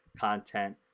content